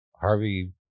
Harvey